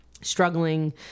struggling